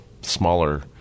smaller